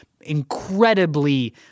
incredibly